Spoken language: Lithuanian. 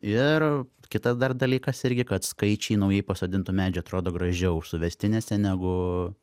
ir kitas dar dalykas irgi kad skaičiai naujai pasodintų medžių atrodo gražiau suvestinėse negu